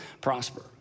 prosper